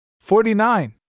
Forty-nine